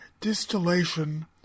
distillation